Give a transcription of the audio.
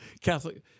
Catholic